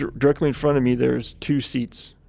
directly in front of me, there's two seats.